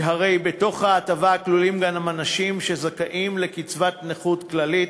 ובהטבה כלולים גם אנשים שזכאים לקצבת נכות כללית,